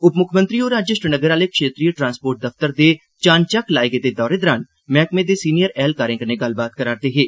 उपमुक्खमंत्री होर अज्ज श्रीनगर आले क्षेत्रीय ट्रांसपोर्ट दफतर दे चानचक्क लाए गेदे दौरे दौरान मैहकमे दे सीनियर ऐह्लकारें कन्नै गल्लबात करारदे हे